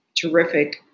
terrific